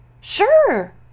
sure